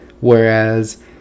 whereas